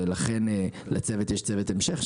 ולכן לצוות יש צוות המשך,